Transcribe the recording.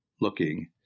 looking